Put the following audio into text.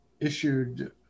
issued